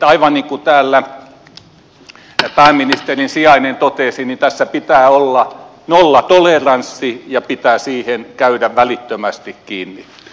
aivan niin kuin täällä pääministerin sijainen totesi tässä pitää olla nollatoleranssi ja tähän pitää käydä välittömästi kiinni